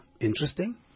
Interesting